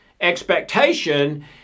expectation